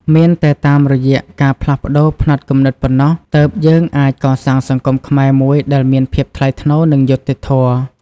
មានតែតាមរយៈការផ្លាស់ប្តូរផ្នត់គំនិតប៉ុណ្ណោះ ទើបយើងអាចកសាងសង្គមខ្មែរមួយដែលមានភាពថ្លៃថ្នូរ និងយុត្តិធម៌។